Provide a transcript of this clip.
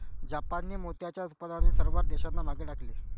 जापानने मोत्याच्या उत्पादनातील सर्व देशांना मागे टाकले